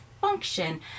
function